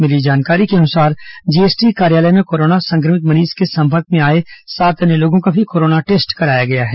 मिली जानकारी के अनुसार जीएसटी कार्यालय में कोरोना संक्रमित मरीज के संपर्क में आए सात अन्य लोगों का भी कोरोना टेस्ट कराया गया है